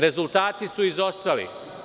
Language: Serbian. Rezultati su izostali.